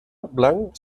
blanc